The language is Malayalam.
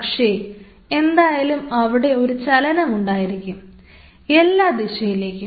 പക്ഷേ എന്തായാലും അവിടെ ഒരു ചലനം ഉണ്ടായിരിക്കും എല്ലാ ദിശയിലേക്കും